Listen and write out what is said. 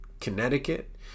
Connecticut